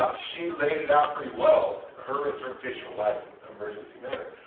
she laid it out pretty well her interpretation of why it's an emergency matter.